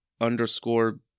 underscore